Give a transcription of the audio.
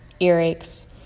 earaches